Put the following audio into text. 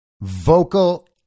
vocal